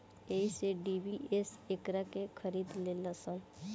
एही से डी.बी.एस एकरा के खरीद लेलस